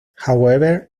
however